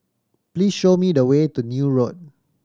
please show me the way to Neil Road